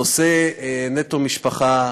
נושא "נטו משפחה",